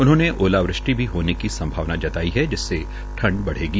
उन्होंने ओलावृष्ठि भी होने की संभावना जताई है जिससे ठंड बढ़ेगी